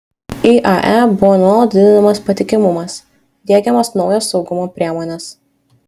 iae buvo nuolat didinamas patikimumas diegiamos naujos saugumo priemonės